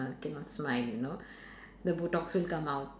cannot smile you know the botox will come out